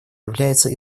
является